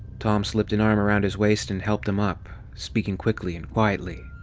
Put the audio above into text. tom slipped an arm around his waist and helped him up, speaking quickly and quietly.